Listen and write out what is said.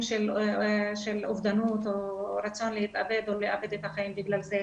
של אובדנות או רצון להתאבד או לאבד את החיים בגלל זה.